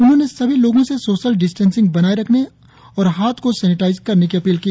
उन्होंने सभी लोगों से सोशल डिस्टेंसिंग बनाए रखने और हाथ को सेनेटाइज करने की अपील की